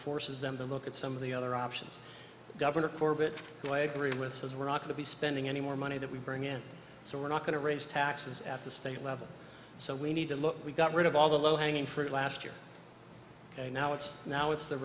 forces them to look at some of the other options governor corbett lagrimas says we're not going to be spending any more money that we bring in so we're not going to raise taxes at the state level so we need to look we got rid of all the low hanging fruit last year and now it's now it's their